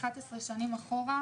11 שנים אחורה.